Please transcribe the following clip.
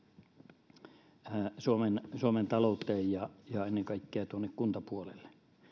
myös niillä olevan merkitystä suomen talouteen ja ja ennen kaikkea tuonne kuntapuolelle